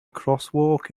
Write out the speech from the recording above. crosswalk